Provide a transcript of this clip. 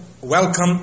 welcome